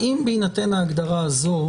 האם בהינתן ההגדרה הזו,